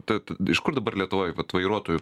tad iš kur dabar lietuvoj vat vairuotojų